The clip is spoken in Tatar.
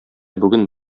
бүген